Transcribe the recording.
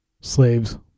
slaves